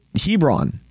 Hebron